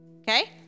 Okay